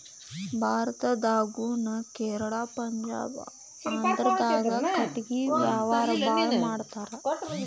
ಭಾರತದಾಗುನು ಕೇರಳಾ ಪಂಜಾಬ ಆಂದ್ರಾದಾಗ ಕಟಗಿ ವ್ಯಾವಾರಾ ಬಾಳ ಮಾಡತಾರ